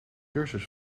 cursus